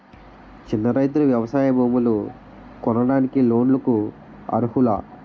చిన్న రైతులు వ్యవసాయ భూములు కొనడానికి లోన్ లకు అర్హులా?